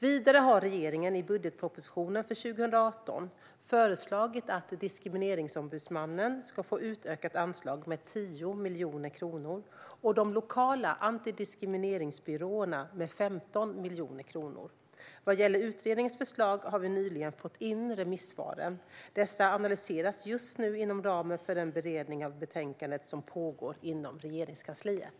Vidare har regeringen i budgetpropositionen för 2018 föreslagit att Diskrimineringsombudsmannen ska få utökat anslag med 10 miljoner kronor och de lokala antidiskrimineringsbyråerna med 15 miljoner kronor. Vad gäller utredningens förslag har vi nyligen fått in remissvaren. Dessa analyseras just nu inom ramen för den beredning av betänkandet som pågår inom Regeringskansliet.